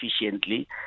efficiently